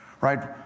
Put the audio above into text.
right